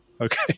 Okay